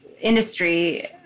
industry